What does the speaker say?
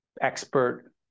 expert